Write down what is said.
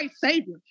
savior